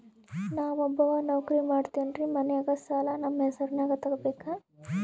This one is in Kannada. ನಾ ಒಬ್ಬವ ನೌಕ್ರಿ ಮಾಡತೆನ್ರಿ ಮನ್ಯಗ ಸಾಲಾ ನಮ್ ಹೆಸ್ರನ್ಯಾಗ ತೊಗೊಬೇಕ?